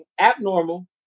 abnormal